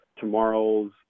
tomorrow's